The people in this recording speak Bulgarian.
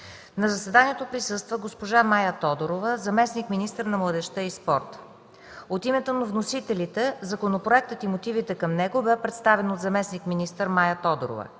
На заседанието присъства госпожа Мая Тодорова – зам.-министър на младежта и спорта. От името на вносителите, законопроектът и мотивите към него, бе представен от зам.-министър Мая Тодорова.